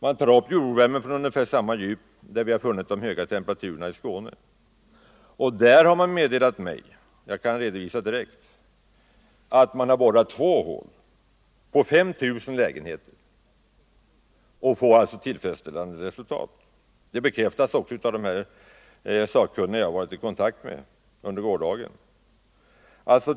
Man tar upp värme från ungefär samma djup som det där vi har funnit de höga temperaturerna i Skåne, och i Parisområdet har man enligt uppgifter som jag har fått borrat 2 hål på 5 000 lägenheter och fått ett tillfredsställande resultat. Detta bekräftas också av de sakkunniga som jag var i kontakt med under gårdagen.